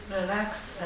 relaxed